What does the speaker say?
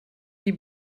die